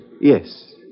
Yes